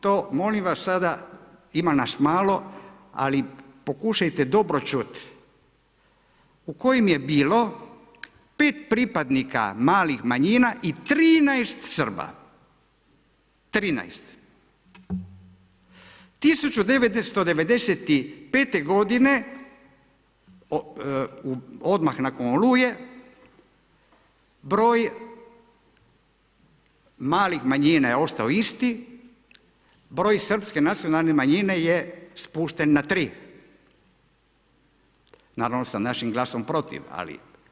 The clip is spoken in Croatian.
To molim vas sada, ima nas malo ali pokušajte dobro čuti u kojim je bilo pet pripadnika malih manjina i 13 Srba, 13. 1995. godine odmah nakon Oluje, broj malih manjina je ostao isti, broj srpske nacionalne manjine je spušten na tri, naravno sa našim glasom protiv, ali.